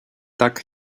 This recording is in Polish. tak